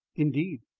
indeed,